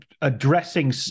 addressing